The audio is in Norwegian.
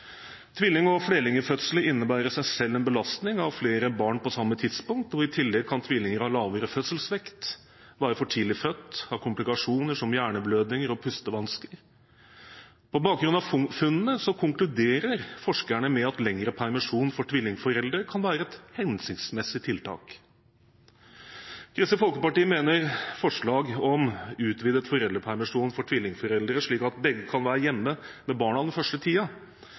Tvilling- og flerlingfødsler innebærer i seg selv en belastning – med flere barn på samme tidspunkt, og i tillegg kan tvillinger ha lavere fødselsvekt, være for tidlig født eller ha komplikasjoner som hjerneblødninger og pustevansker. På bakgrunn av funnene konkluderer forskerne med at lengre permisjon for tvillingforeldre kan være et hensiktsmessig tiltak. Kristelig Folkeparti mener forslag om utvidet foreldrepermisjon for tvillingforeldre, slik at begge kan være hjemme med barna den første